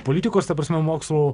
politikos ta prasme mokslų